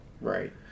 right